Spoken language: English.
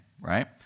right